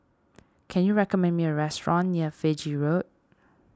can you recommend me a restaurant near Fiji Road